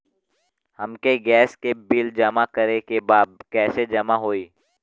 हमके गैस के बिल जमा करे के बा कैसे जमा होई?